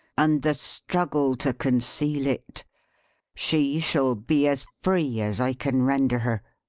and the struggle to conceal it she shall be as free as i can render her.